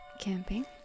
camping